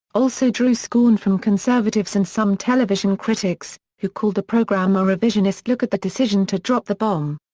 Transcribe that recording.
also drew scorn from conservatives and some television critics, who called the program a revisionist look at the decision to drop the bomb.